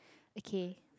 okay